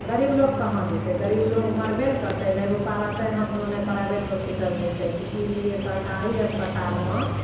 गरीब लोक कहाँ जेतै गरीब लोक मरबे ने करतै नहि रुपा रहतै हाथमे नहि प्राइवेट हॉस्पिटल जइतै तऽ ई लिए सरकारी अस्पतालमे